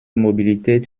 mobilität